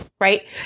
Right